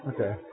Okay